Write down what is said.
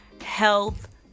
health